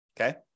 Okay